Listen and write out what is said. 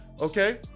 okay